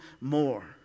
more